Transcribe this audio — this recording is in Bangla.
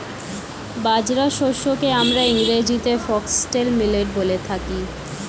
বাজরা শস্যকে আমরা ইংরেজিতে ফক্সটেল মিলেট বলে থাকি